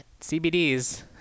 CBDs